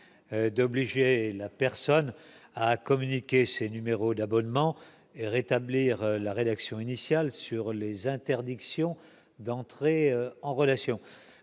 d'obliger la personne a communiqué ses numéros d'abonnement et rétablir la rédaction initiale sur les interdictions d'entrer en relation,